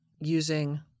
using